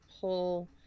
pull